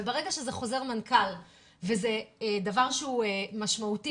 וברגע שזה חוזר מנכ"ל וזה דבר שהוא משמעותי